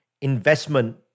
investment